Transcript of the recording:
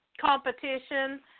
competition